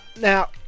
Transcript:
Now